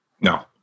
No